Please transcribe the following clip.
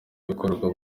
ibikorwa